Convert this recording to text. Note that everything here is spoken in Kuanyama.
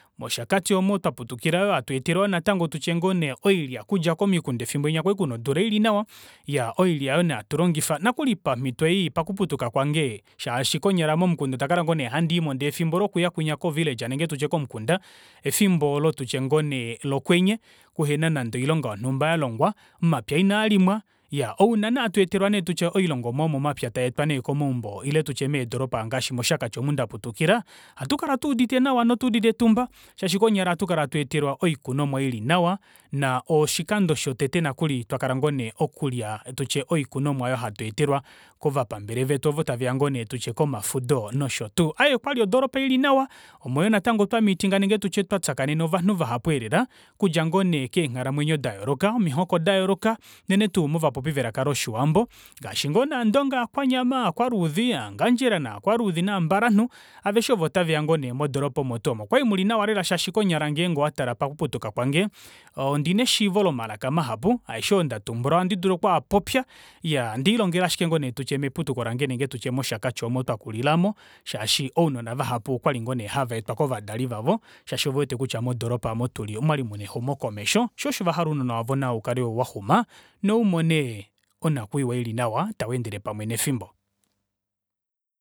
Moshakati omo twaputukila hatweetelwa yoo natango oilya okudja komikunda efimbo linya kwali kuna odula ili nawa iyaa oilya nee oyo hatulongifa nokuli pamito ei shaashi konyala momukunda ondakala ngoo nee handiimo ndee efimbo lokuya kwinya ko villager nenge tutye komukunda efimbo oolo tutye ngoo nee lokwenye uhena nande oilonga yonumba yalongwa omapya inaa limwa iyaa ouna nee hatu etelwa oilongomwa yomomapya tayeetwa nee komaumbo ile tutye meedoropa ngaashi moshakati omu ndaputukila ohatukala tuudite nawa notuudite etumba shaashi konyala ohatu etelwa oikunomwa ili nawa naa oshikando shotete nokuli twakala okulya tutye oikunomwa aayo hatweetelwa kovapambele vetu ovo taveya ngoo nee komafudo nosho tuu aaye okwali odoropa ili nawa omo yoo natango twashakeneka ovanhu vahapu eelela okudja ngoo nee kenghalamwenyo dayooloka omihoko dayooloka unene tuu movapopi velaka loshiwambo ngaaashi ngoo nee andonga aakwanyama aakwaluudi, ovangadjela novambalanhu aveshe ovo otaveya ngoo nee modropa omo twoo omo okwali muli nawa lela shaashi konyala ngenge owatala pakuputuka kwange ondina eshiivo lomalaka mahapu aeshe oo ndatumbula ohandi dulu okwaapopya iyaa ondelilongela ashike meputuko lange ile tutye moshakati oomo omo twakulila aamo shaashi ounona vahapu okwali ngoo nee hava etwa kovadali vavo sjaashi ovewete kutya modoropa omo kwali tuli omwali muna exumokomesho shoo osho vahala navo ounona vavo vakale vaxuma noumone onakwiiwa ili nawa tayeendele pamwe nefimbo